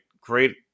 great